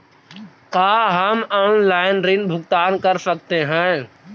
का हम आनलाइन ऋण भुगतान कर सकते हैं?